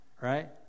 right